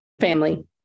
family